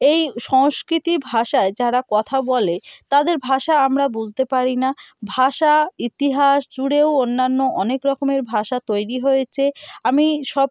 সংস্কৃতি ভাষায় যারা কথা বলে তাদের ভাষা আমরা বুঝতে পারি না ভাষা ইতিহাস জুড়েও অন্যান্য অনেক রকমের ভাষা তৈরি হয়েছে আমি সব